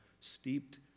steeped